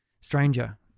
stranger